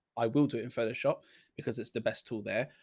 i will do it in photoshop because it's the best tool there.